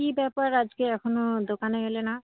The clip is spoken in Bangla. কী ব্যাপার আজকে এখনও দোকানে এলে না